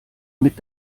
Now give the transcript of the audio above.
mit